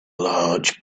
large